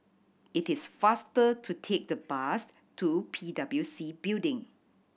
it is faster to take the bus to P W C Building